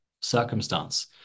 circumstance